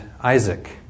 Isaac